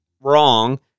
wrong